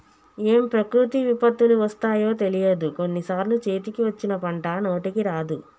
ఏం ప్రకృతి విపత్తులు వస్తాయో తెలియదు, కొన్ని సార్లు చేతికి వచ్చిన పంట నోటికి రాదు